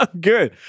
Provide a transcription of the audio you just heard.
Good